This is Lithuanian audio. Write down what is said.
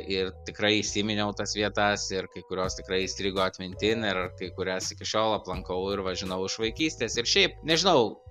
ir tikrai įsiminiau tas vietas ir kai kurios tikrai įstrigo atmintin ir kai kurias iki šiol aplankau ir va žinau iš vaikystės ir šiaip nežinau